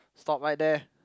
stop right there